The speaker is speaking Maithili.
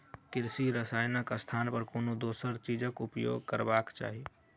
कृषि रसायनक स्थान पर कोनो दोसर चीजक उपयोग करबाक चाही